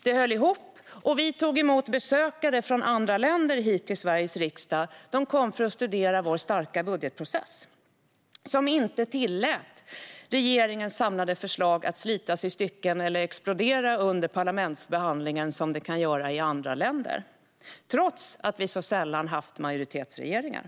Det höll ihop, och vi tog här i Sveriges riksdag emot besökare från andra länder som kom för att studera vår starka budgetprocess, som inte tillät regeringens samlade förslag att slitas i stycken eller explodera under parlamentsbehandlingen - vilket kan ske i andra länder - trots att vi så sällan haft majoritetsregeringar.